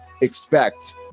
expect